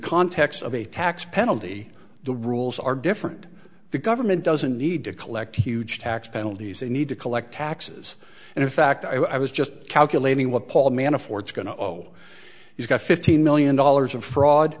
context of a tax penalty the rules are different the government doesn't need to collect huge tax penalties they need to collect taxes and in fact i was just calculating what paul mann affords going to show he's got fifteen million dollars of fraud